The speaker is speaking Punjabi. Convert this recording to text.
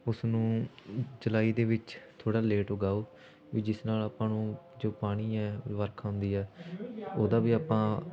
ਉਸ ਨੂੰ ਜੁਲਾਈ ਦੇ ਵਿੱਚ ਥੋੜ੍ਹਾ ਲੇਟ ਉਗਾਉ ਵੀ ਜਿਸ ਨਾਲ ਆਪਾਂ ਨੂੰ ਜੋ ਪਾਣੀ ਹੈ ਵਰਖਾ ਹੁੰਦੀ ਹੈ ਉਹਦਾ ਵੀ ਆਪਾਂ